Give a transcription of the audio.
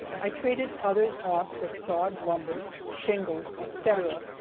i traded others off for sawed lumber, shingles, etc,